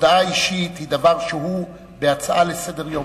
היא דבר שהוא בהצעה לסדר-יום.